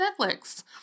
Netflix